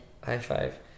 high-five